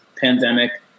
pandemic